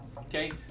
Okay